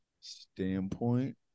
standpoint